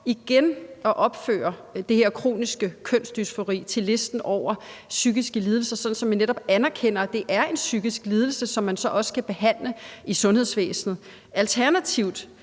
igen at opføre kronisk kønsdysfori på listen over psykiske lidelser, sådan at vi netop anerkender, at det er en psykisk lidelse, som man så også kan behandle i sundhedsvæsenet. Alternativet